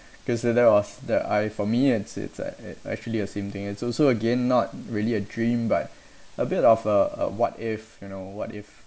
because uh that was the I for me it's it's like actually a same thing it's also again not really a dream but a bit of uh a what if you know what if